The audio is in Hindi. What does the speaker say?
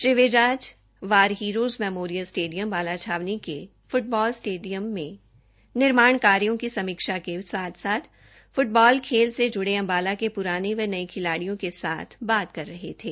श्री विज आज war heroes memorial stadium Ambala छावनी के फ्टबाल छावनी खेल स्टेडियम में निर्माण कार्यो की समीक्षा के साथ साथ फ्टबाल खेल से जूड़े अम्बाला के प्राने व नये खिलाड्रियों के साथ बात कर रहे थे